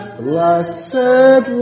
blessed